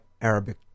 Arabic